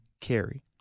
carry